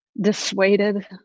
dissuaded